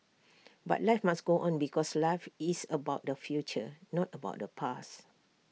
but life must go on because life is about the future not about the past